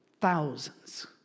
thousands